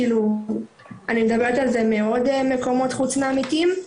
אני מדברת על זה מעוד מקומות חוץ מעמיתים.